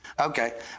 Okay